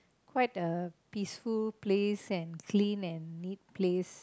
quite a peaceful place and clean and neat place